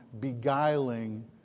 beguiling